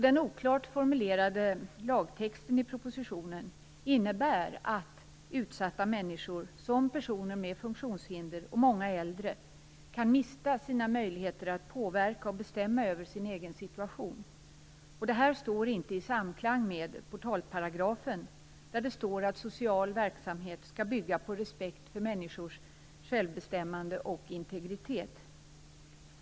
Den oklart formulerade lagtexten i propositionen innebär att utsatta människor, t.ex. personer med funktionshinder och många äldre, kan mista sina möjligheter att påverka och bestämma över sin egen situation. Detta står inte i samklang med portalparagrafen, där det står att social verksamhet skall bygga på respekt för människors självbestämmande och integritet.